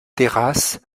terrasse